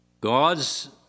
God's